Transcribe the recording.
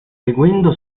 seguendo